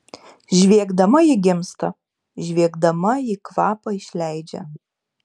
žviegdama ji gimsta žviegdama ji kvapą išleidžia